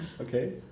Okay